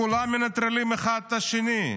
כולם מנטרלים אחד את השני.